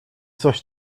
coś